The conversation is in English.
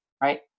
right